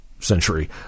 Century